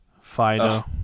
Fido